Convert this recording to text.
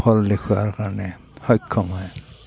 ফল দেখোৱাৰ কাৰণে সক্ষম হয়